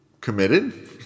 committed